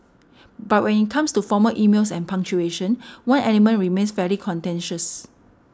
but when it comes to formal emails and punctuation one element remains fairly contentious